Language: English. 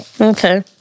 Okay